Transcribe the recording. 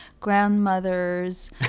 grandmothers